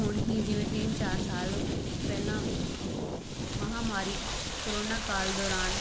ਹੁਣ ਹੀ ਜਿਵੇਂ ਤਿੰਨ ਚਾਰ ਸਾਲ ਪਹਿਲਾਂ ਮਹਾਂਮਾਰੀ ਕਰੋਨਾ ਕਾਲ ਦੌਰਾਨ